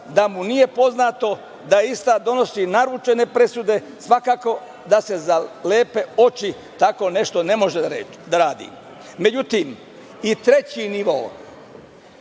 da mu nije poznato da ista donosi naručene presude. Svakako da se za lepe oči tako nešto ne može raditi.Međutim, i treći nivo